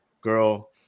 Girl